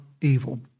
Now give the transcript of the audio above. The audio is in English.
evil